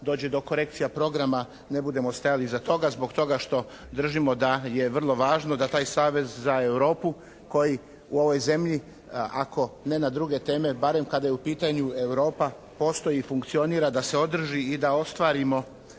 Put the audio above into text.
dođe do korekcija programa ne budemo stajali iza toga zbog toga što držimo da je vrlo važno da taj savez za Europu koji u ovoj zemlji, ako ne na druge teme, barem kada je u pitanju Europa postoji i funkcionira da se održi i da ostvarimo